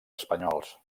espanyols